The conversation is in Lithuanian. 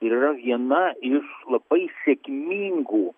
ir yra viena iš labai sėkmingų